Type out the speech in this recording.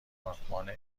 دپارتمان